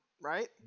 right